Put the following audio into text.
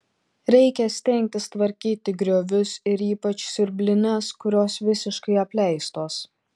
reikia stengtis tvarkyti griovius ir ypač siurblines kurios visiškai apleistos